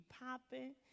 popping